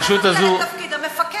והרשות הזאת, אז אולי נבטל את תפקיד המפקח?